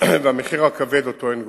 והמחיר הכבד שהן גובות.